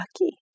lucky